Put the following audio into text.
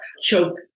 choke